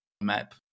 map